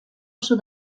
sud